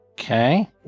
Okay